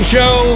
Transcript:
Show